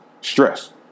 Stress